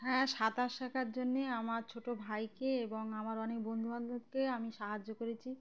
হ্যাঁ সাঁতার শেখার জন্যে আমার ছোট ভাইকে এবং আমার অনেক বন্ধুবান্ধবকে আমি সাহায্য করেছি